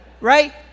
right